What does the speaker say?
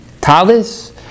Talis